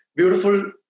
beautiful